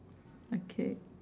okay